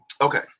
Okay